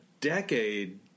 decade